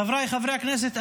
חבריי חברי הכנסת,